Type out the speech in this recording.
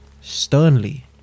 sternly